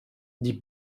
d’y